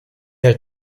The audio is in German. hält